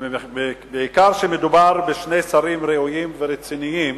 בעיקר כשמדובר בשני שרים ראויים ורציניים,